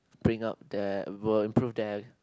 bring up the will improve their